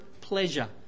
pleasure